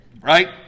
Right